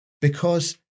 Because